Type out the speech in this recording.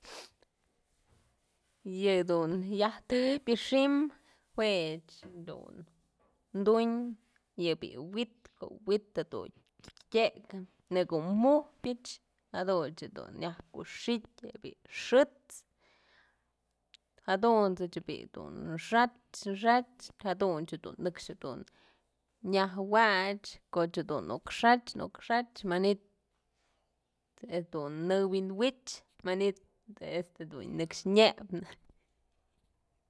Yëdun yaj tëbyë xi'im juëch bi'i dun tuñ yë bi'i wi'it ko'o wi'it jedun tyekë nëkomujpyëch jaduchë jedun nyaj kuxityë je'e bi'i xët's jadunt's jedun bi'i dun xat's xat's jaduchë jedun nëkxë jedun nyaj wach, koch jedun nuk xach, nuk xach manytë jedun në wi'inwych manytë este dun nëkx nyepnë.